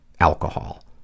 alcohol